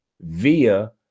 via